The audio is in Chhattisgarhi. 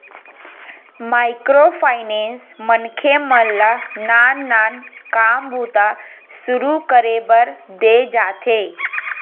माइक्रो फायनेंस मनखे मन ल नान नान काम बूता सुरू करे बर देय जाथे